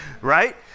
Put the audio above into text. right